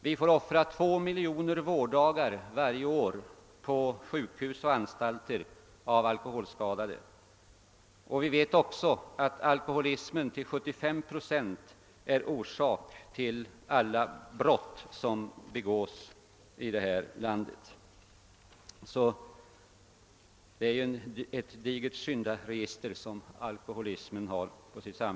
Vi får offra 2 miljoner vårddagar varje år på sjukhus och anstalter på alkoholskadade, och vi vet att alkoholismen är orsak till 75 procent av alla brott som begås här i landet. Alkoholismen har sålunda ett digert syndaregister.